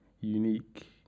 unique